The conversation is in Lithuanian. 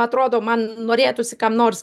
atrodo man norėtųsi kam nors